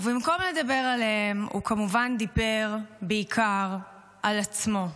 ובמקום לדבר עליהם, הוא כמובן דיבר בעיקר על עצמו,